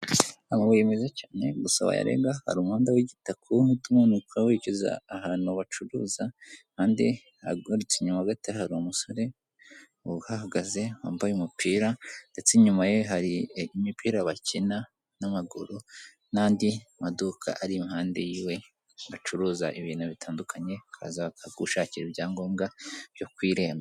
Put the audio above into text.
Amabuye meza cyane gusa wayarenga hari umuhanda w'igitaka, uhita umpanuka werekeza ahantu bacuruza kandi ugarutse inyuma gato hari umusore uhahagaze wambaye umupira ndetse inyuma ye hari imipira bakina n'amaguru, n'andi maduka ari impande yiwe bacuruza ibintu bitandukanye, bakaza gushakira ibyangombwa byo ku irembo.